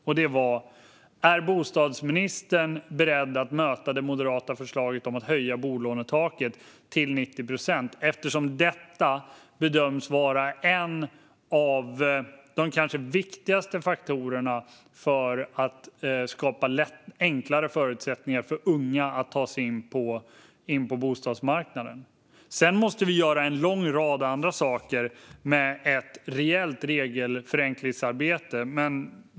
Frågan var: Är bostadsministern beredd att möta det moderata förslaget om att höja bolånetaket till 90 procent? Detta bedöms ju vara en av de kanske viktigaste faktorerna för att skapa större förutsättningar för unga att ta sig in på bostadsmarknaden. Vi måste också göra en lång rad andra saker, bland annat ett rejält regelförenklingsarbete.